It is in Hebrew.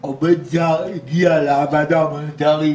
לי --- עובד זר הגיע לוועדה ההומניטארית